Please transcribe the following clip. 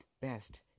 Best